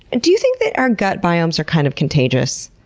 do you think that our gut biomes are, kind of, contagious?